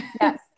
Yes